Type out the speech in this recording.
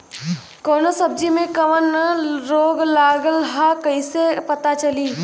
कौनो सब्ज़ी में कवन रोग लागल ह कईसे पता चली?